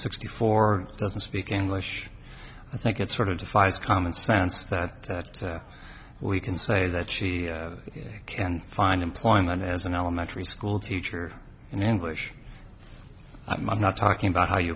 sixty four doesn't speak english i think it sort of defies common sense that we can say that she can find employment as an elementary school teacher in english i'm not talking about how you